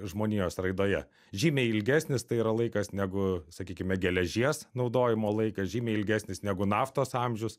žmonijos raidoje žymiai ilgesnis tai yra laikas negu sakykime geležies naudojimo laikas žymiai ilgesnis negu naftos amžius